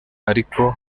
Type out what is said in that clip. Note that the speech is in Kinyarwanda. ariko